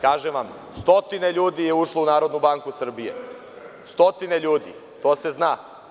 Kažem vam, stotine ljudi je ušlo u Narodnu banku Srbije, stotine ljudi, to se zna.